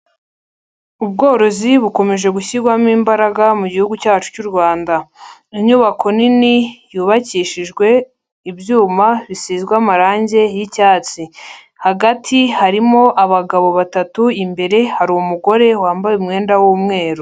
Ubworozi bukomeje gushyirwamo imbaraga mu mu gihugu cyacu cy'u Rwanda, inyubako nini yubakishijwe ibyuma bisizwe amarangi y'icyatsi, hagati harimo abagabo batatu, imbere hari umugore wambaye umwenda w'umweru.